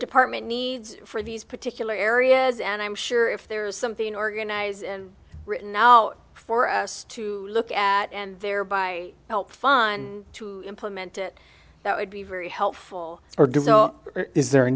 department needs for these particular areas and i'm sure if there is something organize and written now for us to look at and thereby help fund to implement it that would be very helpful or do so is there